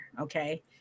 okay